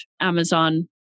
Amazon